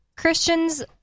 Christians